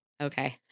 Okay